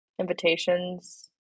invitations